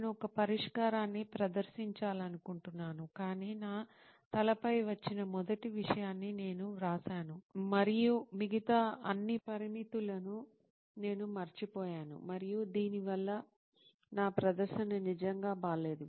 నేను ఒక పరిష్కారాన్ని ప్రతిపాదించాలనుకుంటున్నాను కాని నా తలపై వచ్చిన మొదటి విషయాన్ని నేను వ్రాసాను మరియు మిగతా అన్ని పారామితులను నేను మరచిపోయాను మరియు దీనివల్ల నా ప్రదర్శన నిజంగా బాలేదు